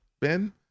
Ben